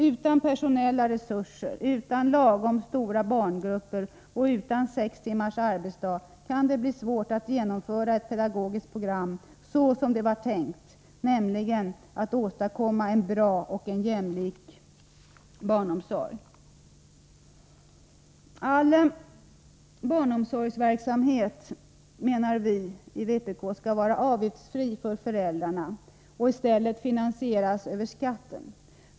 Utan personella resurser, utan lagom stora barngrupper och utan sex timmars arbetsdag kan det bli svårt att genomföra ett pedagogiskt program såsom det var tänkt, nämligen för att åstadkomma en bra och jämlik barnomsorg. All barnomsorgsverksamhet, menar vi i vpk, skall vara avgiftsfri för föräldrarna och i stället finansieras över skatten.